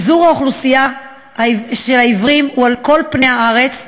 פיזור האוכלוסייה של העיוורים הוא על כל פני הארץ,